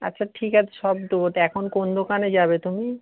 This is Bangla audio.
আচ্ছা ঠিক আছে সব দেব তা এখন কোন দোকানে যাবে তুমি